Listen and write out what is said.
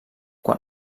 quan